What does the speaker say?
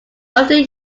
often